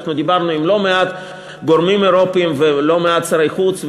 דיברנו עם לא מעט גורמים אירופיים ולא מעט שרי חוץ,